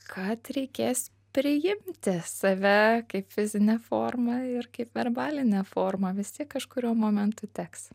kad reikės priimti save kaip fizinę formą ir kaip verbalinę formą vis tiek kažkuriuo momentu teks